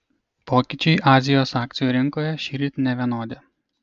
pokyčiai azijos akcijų rinkoje šįryt nevienodi